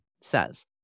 says